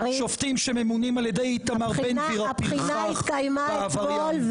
שופטים שממונים על ידי איתמר בן גביר הפרחח והעבריין.